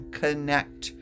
connect